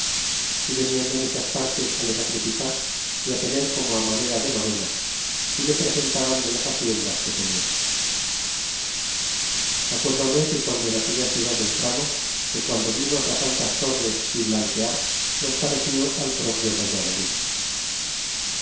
y venian de muchas partes á le sacrificar é á tener como á manera de novenas y le presentaban de las haciendas que tenian acuérdome que guando en aquella ciudad entramos que guando vimos tan altas torres y blanquear nos pareció al propio valladolid